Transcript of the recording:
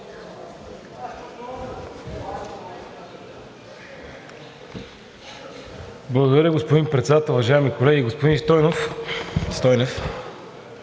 Благодаря, господин Председател. Уважаеми колеги! Господин Стойнев,